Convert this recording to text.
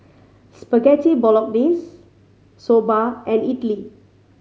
Spaghetti Bolognese Soba and Idili